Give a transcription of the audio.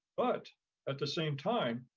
but at the same time,